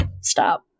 stop